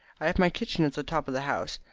i have my kitchen at the top of the house.